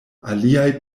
aliaj